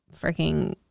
freaking